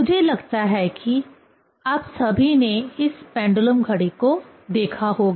मुझे लगता है कि आप सभी ने इस पेंडुलम घड़ी को देखा होगा